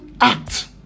act